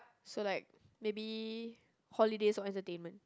so like maybe holidays or entertainment